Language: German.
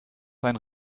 sein